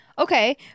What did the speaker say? Okay